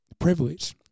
Privilege